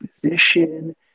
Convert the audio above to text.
position